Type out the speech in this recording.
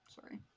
Sorry